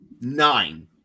nine